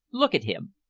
look at him.